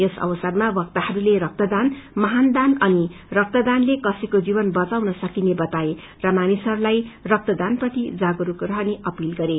यस अवसरमा बक्ताहरूले रक्तदान महादान अनि रक्तदानले कसैको जीवन बचाउन सकिने बताए र मानिसहरूलाई रक्तदान प्रति जागरूक रहने अपील गरे